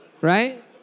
Right